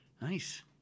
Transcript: Nice